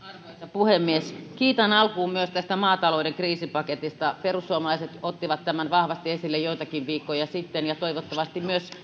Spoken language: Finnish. puhemies kiitän alkuun myös tästä maatalouden kriisipaketista perussuomalaiset ottivat tämän vahvasti esille joitakin viikkoja sitten ja toivottavasti myös